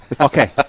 Okay